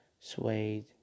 Suede